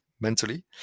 mentally